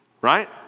right